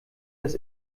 das